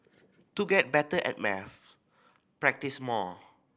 to get better at maths practise more